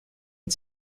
and